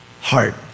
heart